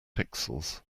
pixels